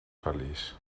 feliç